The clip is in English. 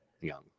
young